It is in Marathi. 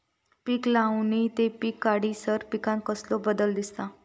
पीक लावणी ते पीक काढीसर पिकांत कसलो बदल दिसता?